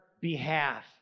behalf